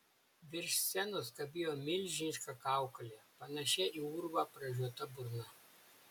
virš scenos kabėjo milžiniška kaukolė panašia į urvą pražiota burna